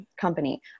company